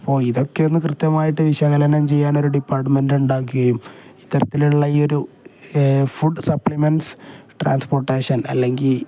അപ്പോൾ ഇതൊക്കെ ഒന്ന് കൃത്യമായിട്ട് വിശകലനം ചെയ്യാൻ ഒരു ഡിപ്പാർട്ട്മെൻ്റ് ഉണ്ടാക്കുകയും ഇത്തരത്തിലുള്ള ഈ ഒരു ഫുഡ് സപ്ലിമെൻറ്സ് ട്രാൻസ്പോർട്ടേഷൻ അല്ലെങ്കി